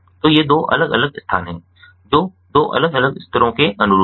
तो ये दो अलग अलग स्थान हैं जो दो अलग अलग स्तरों के अनुरूप हैं